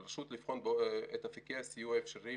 על הרשות לבחון את אפיקי הסיוע האפשריים